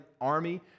army